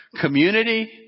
community